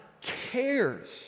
cares